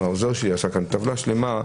העוזר שלי עשה טבלה שלמה,